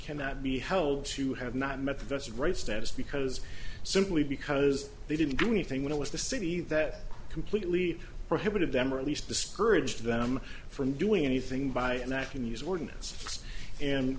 cannot be held to have not met that's right status because simply because they didn't do anything when it was the city that completely prohibited them or at least discouraged them from doing anything by and